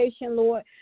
Lord